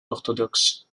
orthodoxe